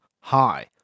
Hi